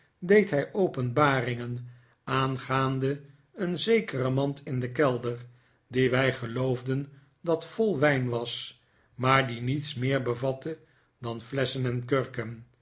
deed hij openbaringen aangaande een zekere mand in den kelder die wij geloofden dat vol wijn was maar die niets meer bevatte dan flesschen en kurken